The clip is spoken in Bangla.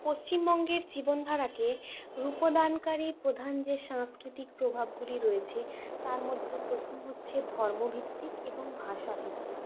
পশ্চিমবঙ্গের জীবনধারাকে রূপদানকারী প্রধান যে সাংস্কৃতিক প্রভাবগুলি রয়েছে তার মধ্যে প্রথম হচ্ছে ধর্ম ভিত্তিক এবং ভাষা ভিত্তিক